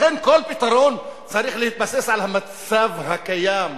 לכן, כל פתרון צריך להתבסס על המצב הקיים,